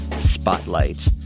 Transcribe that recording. Spotlight